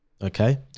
Okay